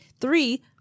Three